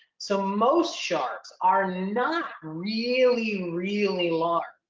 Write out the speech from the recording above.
so most sharks are not really, really large.